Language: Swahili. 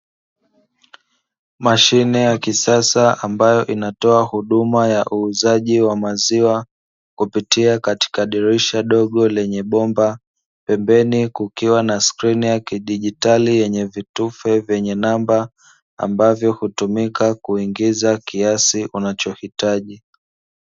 Mashine ya kisasa ambayo inatoa huduma ya uuzaji wa maziwa kupitia katika dirisha dogo lenye bomba, pembeni kukiwa na skrini ya kidijitali yenye vitufe vyenye namba ambavyo hutumika kuingiza kiasi unachohitaji.